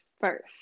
first